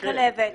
כן.